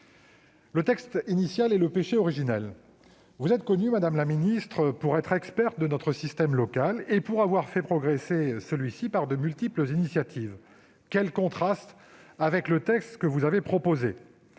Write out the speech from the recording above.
Le texte initial est le péché originel. Vous êtes pourtant connue, madame la ministre, pour être experte de notre système local et pour l'avoir fait progresser par de multiples initiatives. Quel contraste avec le texte que vous nous avez proposé !